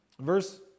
Verse